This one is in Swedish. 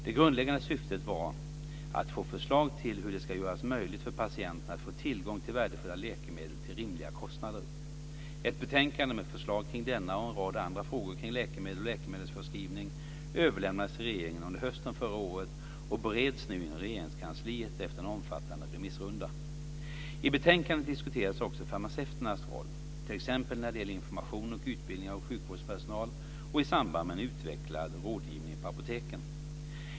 Det grundläggande syftet var att få förslag till hur det ska göras möjligt för patienterna att få tillgång till värdefulla läkemedel till rimliga kostnader. Ett betänkande med förslag kring denna och en rad andra frågor kring läkemedel och läkemedelsförskrivning överlämnades till regeringen under hösten förra året och bereds nu inom Regeringskansliet efter en omfattande remissrunda. I betänkandet diskuteras också farmaceuternas roll t.ex. när det gäller information och utbildning av sjukvårdspersonal och i samband med en utvecklad rådgivning på apoteken.